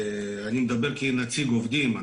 אני מדבר כנציג עובדים.